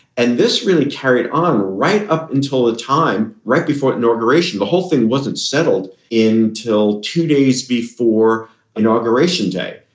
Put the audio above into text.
and this really carried on right up until the time, right before inauguration. the whole thing wasn't settled in till two days before inauguration day.